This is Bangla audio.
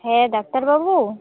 হ্যাঁ ডাক্তারবাবু